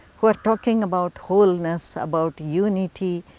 who are talking about wholeness, about unity,